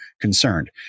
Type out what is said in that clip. concerned